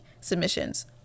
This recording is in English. submissions